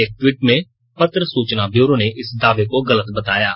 एक टवीट में पत्र सुचना ब्यूरो ने इस दाये को गलत बताया है